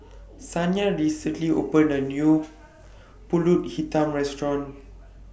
Saniyah recently opened A New Pulut Hitam Restaurant